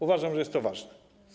Uważam, że jest to ważne.